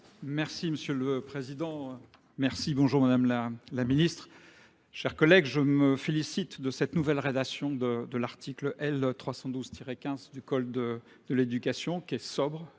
Merci Monsieur le Président, merci, bonjour Madame la Ministre. Chers collègues, je me félicite de cette nouvelle rédaction de l'article L312-15 du Code de l'éducation qui est sobre,